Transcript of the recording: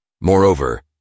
Moreover